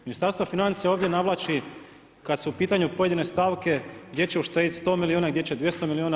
Ministarstvo financija ovdje navlači kad su u pitanju pojedine stavke gdje će uštediti 100 milijuna i gdje će 200 milijuna.